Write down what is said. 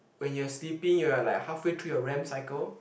when you are sleepy you are like halfway through your Rem cycle